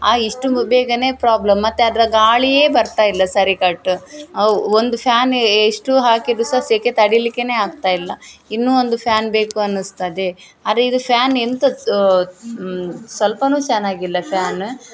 ಆ ಇಷ್ಟು ಬೇಗನೇ ಪ್ರಾಬ್ಲಮ್ ಮತ್ತು ಅದರ ಗಾಳಿಯೇ ಬರ್ತಾ ಇಲ್ಲ ಸರಿಕಟ್ಟು ಒಂದು ಫ್ಯಾನು ಎಷ್ಟು ಹಾಕಿದರೂ ಸಹ ಸೆಖೆ ತಡಿಯಲಿಕ್ಕೇನೇ ಆಗ್ತಾ ಇಲ್ಲ ಇನ್ನೂ ಒಂದು ಫ್ಯಾನ್ ಬೇಕು ಅನ್ನಿಸ್ತದೆ ಆದರೆ ಇದು ಫ್ಯಾನ್ ಎಂತ ಸ್ವಲ್ಪನೂ ಚೆನ್ನಾಗಿಲ್ಲ ಫ್ಯಾನ